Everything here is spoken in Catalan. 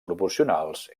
proporcionals